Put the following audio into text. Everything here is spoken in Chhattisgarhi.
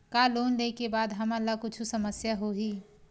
का लोन ले के बाद हमन ला कुछु समस्या होही?